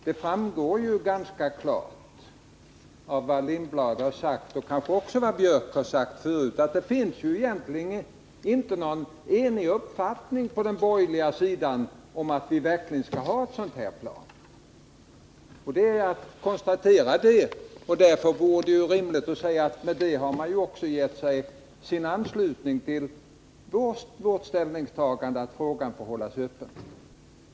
Det framgår ganska klart av vad Hans Lindblad har sagt — och kanske också av vad Gunnar Björk i Gävle har sagt förut — att det egentligen inte finns någon enhetlig uppfattning på den borgerliga sidan om att vi verkligen skall ha ett sådant plan som beskrivi i propositionen. Det är bara att konstatera detta. Därför vore det också rimligt att säga att man har gett sin anslutning till vårt ställningstagande att frågan får hållas öppen.